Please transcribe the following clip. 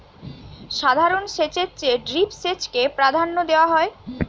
সাধারণ সেচের চেয়ে ড্রিপ সেচকে প্রাধান্য দেওয়া হয়